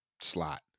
slot